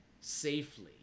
safely